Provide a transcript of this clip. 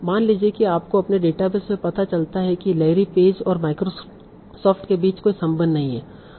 मान लीजिए कि आपको अपने डेटाबेस में पता चलता है कि लैरी पेज और माइक्रोसॉफ्ट के बीच कोई संबंध नहीं है